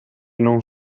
non